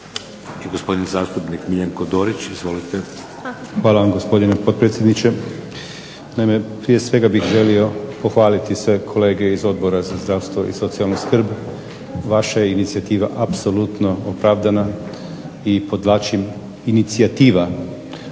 Hvala vam gospodine potpredsjedniče. Naime prije svega bih želio pohvaliti sve kolege iz Odbora za zdravstvo i socijalnu skrb, vaša je inicijativa apsolutno opravdana i podvlačim inicijativa.